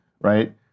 right